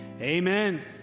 Amen